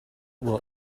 will